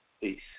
Peace